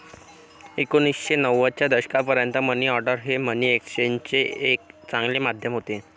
एकोणीसशे नव्वदच्या दशकापर्यंत मनी ऑर्डर हे मनी एक्सचेंजचे एक चांगले माध्यम होते